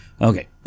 Okay